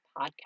podcast